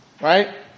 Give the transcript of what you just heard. Right